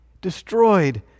destroyed